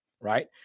right